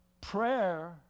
Prayer